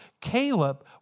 Caleb